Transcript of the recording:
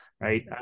right